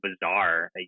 bizarre